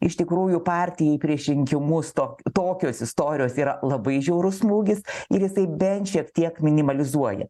iš tikrųjų partijai prieš rinkimus to tokios istorijos yra labai žiaurus smūgis ir jisai bent šiek tiek minimalizuoja